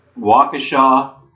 Waukesha